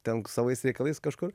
ten savais reikalais kažkur